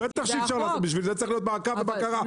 לכן צריך להיות מעקב ובקרה,